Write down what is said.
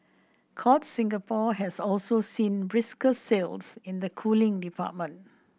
courts Singapore has also seen brisker sales in the cooling department